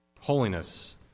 holiness